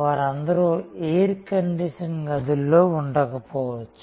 వారందరూ air condition గదుల్లో ఉండకపోవచ్చు